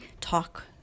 talk